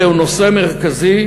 זהו נושא מרכזי,